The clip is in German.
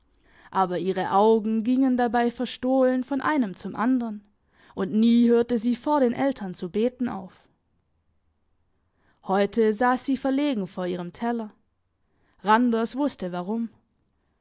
aber ihre augen gingen dabei verstohlen von einem zum andern und nie hörte sie vor den eltern zu beten auf heute sass sie verlegen vor ihrem teller randers wusste warum